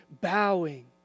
bowing